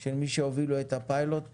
של מי שהובילו את הפיילוט .